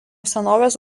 senovės